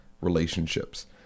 relationships